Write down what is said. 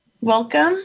welcome